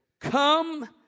come